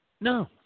No